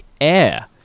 Air